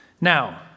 Now